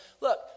Look